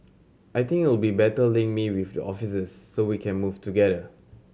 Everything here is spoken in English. I think it'll better link me with the officers so we can move together